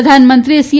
પ્રધાનમંત્રીએ સી